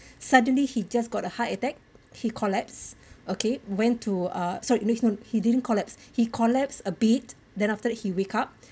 suddenly he just got a heart attack he collapse okay went to uh sorry he didn't collapsed he collapsed a bit then after that he wake up